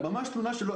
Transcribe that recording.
תלונה,